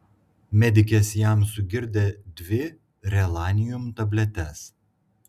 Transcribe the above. medikės jam sugirdė dvi relanium tabletes